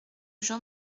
jean